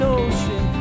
ocean